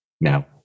now